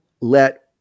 let